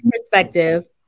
perspective